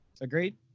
Agreed